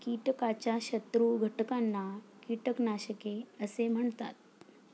कीटकाच्या शत्रू घटकांना कीटकनाशके असे म्हणतात